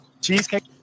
Cheesecake